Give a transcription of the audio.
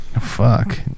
Fuck